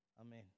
amen